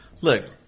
look